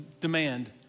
demand